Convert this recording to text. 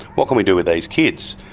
what can we do with these kids?